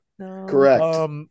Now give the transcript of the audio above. Correct